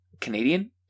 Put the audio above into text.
Canadian